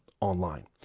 online